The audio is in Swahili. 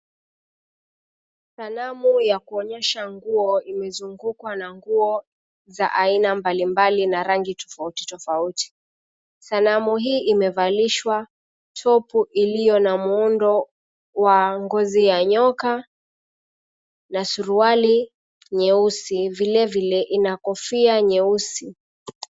Sanamu ya kuonyesha nguo. Imezungukwa na nguo za aina mbalimbali na rangi tofauti tofauti. Sanamu hii imevalishwa topu iliyo na muundo wa ngozi ya nyoka, na suruali nyeusi. Vile vile, ina kofia nyeusi.